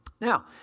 Now